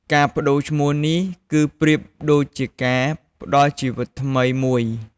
ការប្ដូរឈ្មោះនេះ គឺប្រៀបដូចជាការផ្ដល់ជីវិតថ្មីមួយ។